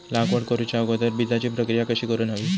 लागवड करूच्या अगोदर बिजाची प्रकिया कशी करून हवी?